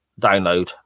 Download